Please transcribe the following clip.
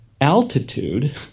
altitude